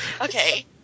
Okay